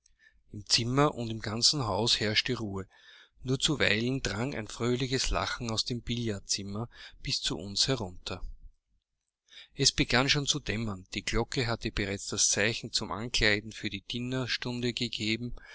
im zimmer und im ganzen hause herrschte ruhe nur zuweilen drang ein fröhliches lachen aus dem billardzimmer bis zu uns herunter es begann schon zu dämmern die glocke hatte bereits das zeichen zum ankleiden für die dinerstunde gegeben